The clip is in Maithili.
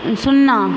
शुन्ना